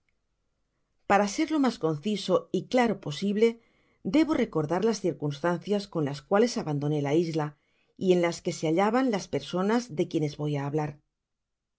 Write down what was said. para ser lo mas conciso y claro posible debo recordar las circunstancias con las cuales abandoné la isla y en las qtíe se hallaban las personas de quienes voy á hablar